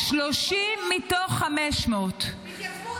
עשרה --- 30 מתוך 500 התייצבו.